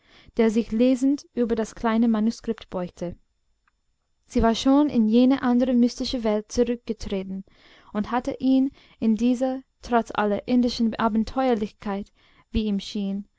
der sich lesend über das kleine manuskript beugte sie war schon in jene andere mystische welt zurückgetreten und hatte ihn in dieser trotz aller indischen abenteuerlichkeit wie ihm schien